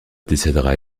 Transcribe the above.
décédera